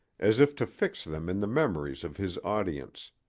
as if to fix them in the memories of his audience,